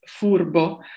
furbo